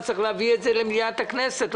צריך להביא את זה למליאת הכנסת,